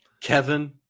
Kevin